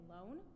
alone